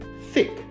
thick